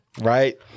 right